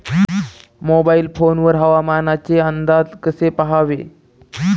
Mobile phone वर हवामानाचे अंदाज कसे पहावे?